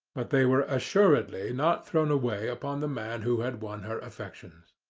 but they were assuredly not thrown away upon the man who had won her affections.